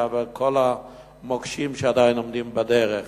וכל המוקשים שעדיין עומדים בדרך.